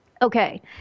Okay